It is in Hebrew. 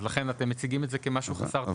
אתם מציגים את זה כמשהו חסר תקדים,